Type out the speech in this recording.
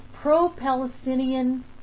pro-Palestinian